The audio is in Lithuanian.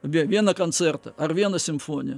vie vieną kancertą ar vieną simfoniją